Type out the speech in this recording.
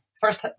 first